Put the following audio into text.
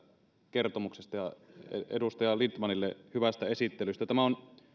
kertomuksesta ja edustaja lindtmanille hyvästä esittelystä tämä on